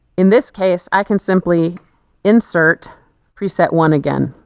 in this case i can simply insert preset one again